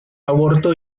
aborto